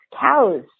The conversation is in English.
cows